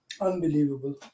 Unbelievable